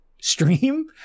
stream